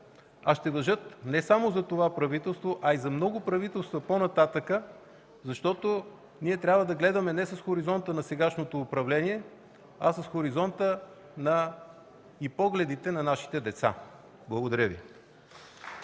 ще важат не само за това правителство, а и за много правителства по-нататък, защото трябва да гледаме не с хоризонта на сегашното управление, а с хоризонта и погледите на нашите деца. Благодаря Ви.